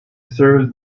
serves